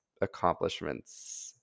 accomplishments